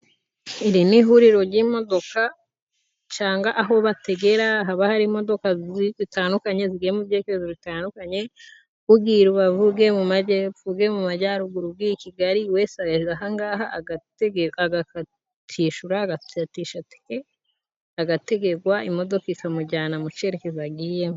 Iri ni ihuriro ry'imodoka canga aho bategera. Haba hari imodoka zitandukanye zigiye mu byerekezo bitandukanye. Ugiye i Rubavu, ugiye mu majyepfo, ugiye mu majyaruguru, ugiye i kigali, buri wese arebera aha ngaha agakatisha tike agategegwa, imodoka ikamujyana mu cyerekezo agiyemo.